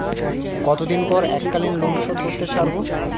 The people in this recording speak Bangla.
কতদিন পর এককালিন লোনশোধ করতে সারব?